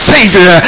Savior